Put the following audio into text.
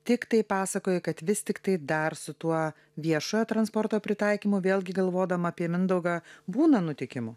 tiktai pasakojai kad vis tiktai dar su tuo viešojo transporto pritaikymu vėlgi galvodama apie mindaugą būna nutikimų